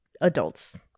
adults